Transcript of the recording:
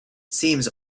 seems